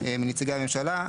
מנציגי הממשלה.